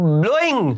blowing